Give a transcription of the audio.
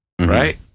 Right